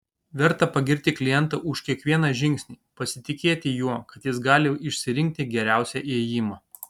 verta pagirti klientą už kiekvieną žingsnį pasitikėti juo kad jis gali išsirinkti geriausią ėjimą